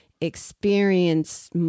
experience